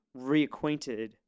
reacquainted